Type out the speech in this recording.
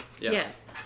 Yes